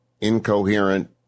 incoherent